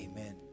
Amen